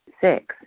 Six